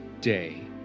day